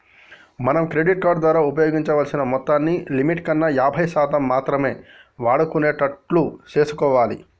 మనం credit card ద్వారా వినియోగించాల్సిన మొత్తాన్ని లిమిట్ కన్నా యాభై శాతం మాత్రమే వాడుకునేటట్లు చూసుకోవాలి